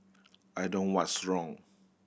I don't what's wrong